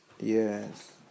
Yes